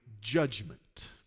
judgment